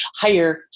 higher